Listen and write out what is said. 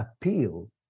appeal